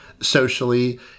socially